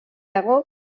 dago